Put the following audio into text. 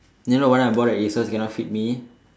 you know what I bought at Asics cannot fit me